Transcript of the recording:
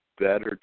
better